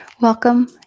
Welcome